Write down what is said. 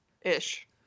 Ish